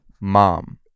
mom